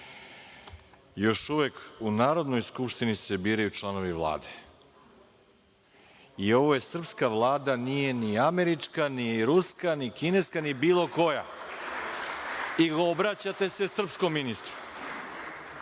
Još uvek u Narodnoj skupštini se biraju članovi Vlade i ovo je srpska Vlada. Nije ni američka, ni ruska, ni kineska, ni bilo koja i obraćate se srpskom ministru.